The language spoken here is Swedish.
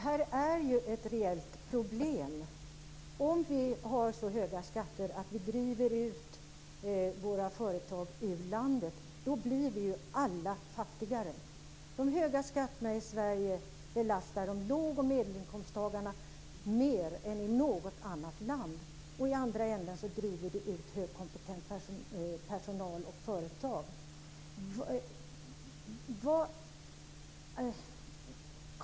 Herr talman! Detta är ett reellt problem. Om vi har så höga skatter att vi driver ut våra företag ur landet blir vi ju alla fattigare. De höga skatterna i Sverige belastar låg och medelinkomsttagarna mer än i något annat land. I andra änden driver det ut högkompetent personal och företag ur landet.